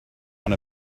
want